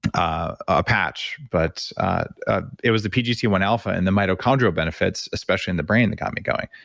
a patch, but it was the pgc one alpha and the mitochondrial benefits, especially in the brain that got me going.